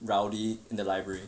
rowdy in the library